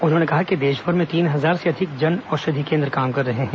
उन्होंने कहा कि देशभर में तीन हजार से अधिक जन औषधि केन्द्र काम कर रहे हैं